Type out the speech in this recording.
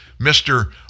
Mr